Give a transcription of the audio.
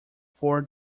four